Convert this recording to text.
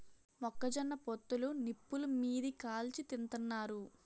మొక్క జొన్న పొత్తులు నిప్పులు మీది కాల్చి తింతన్నారు